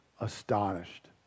astonished